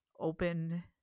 open